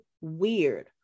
weird